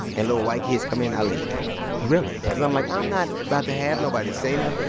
and little white kids come in, i leave really? because i'm, like, i'm not about to have nobody say nothing.